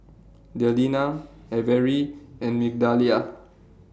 Delina Averi and Migdalia